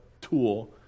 tool